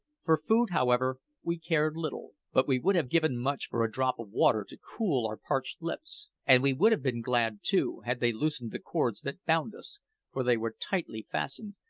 for food, however, we cared little but we would have given much for a drop of water to cool our parched lips. and we would have been glad, too, had they loosened the cords that bound us for they were tightly fastened,